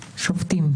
בשופטים.